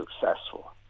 successful